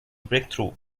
breakthrough